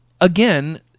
again